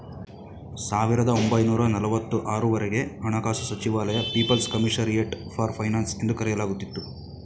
ಸಾವಿರದ ಒಂಬೈನೂರ ನಲವತ್ತು ಆರು ವರೆಗೆ ಹಣಕಾಸು ಸಚಿವಾಲಯ ಪೀಪಲ್ಸ್ ಕಮಿಷರಿಯಟ್ ಫಾರ್ ಫೈನಾನ್ಸ್ ಎಂದು ಕರೆಯಲಾಗುತ್ತಿತ್ತು